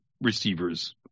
receivers